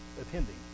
attending